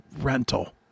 rental